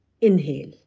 inhale